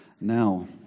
now